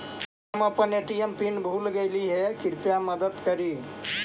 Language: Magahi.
हम अपन ए.टी.एम पीन भूल गईली हे, कृपया मदद करी